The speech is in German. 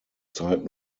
zeit